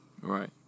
Right